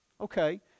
Okay